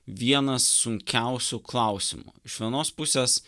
vienas sunkiausių klausimų iš vienos pusės